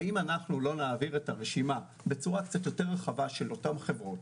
אם לא נעביר את הרשימה בצורה קצת יורת רחבה של אותן חברות,